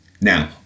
Now